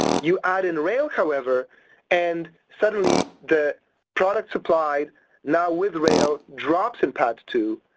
you add in rail however and suddenly the product supplied now with rail drops in padd two.